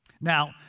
Now